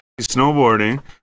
snowboarding